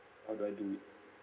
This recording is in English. how do I do it